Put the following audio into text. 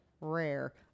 Rare